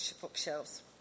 bookshelves